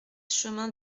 chemin